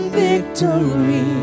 victory